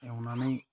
एवनानै